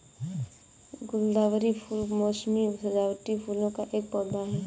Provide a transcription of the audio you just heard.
गुलदावरी फूल मोसमी सजावटी फूलों का एक पौधा है